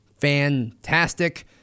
Fantastic